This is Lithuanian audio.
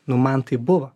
nu man taip buvo